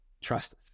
trust